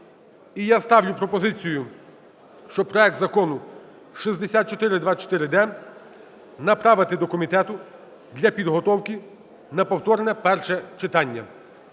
І я ставлю пропозицію, що проект Закону 6424-д направити до комітету для підготовки на повторне перше читання.